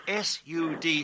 SUD